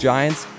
Giants